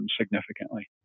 significantly